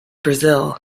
brazil